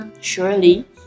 surely